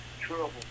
trouble